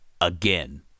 again